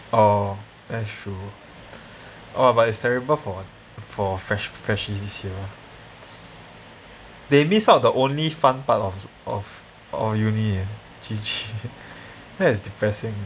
oh that's true oh but it's terrible for for fresh freshie this year they miss out the only fun part of uni eh G_G that is depressing